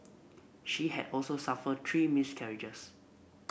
she had also suffered three miscarriages